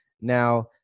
Now